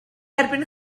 erbyn